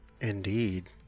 Indeed